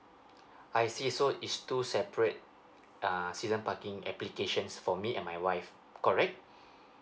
I see so is two separate uh season parking applications for me and my wife correct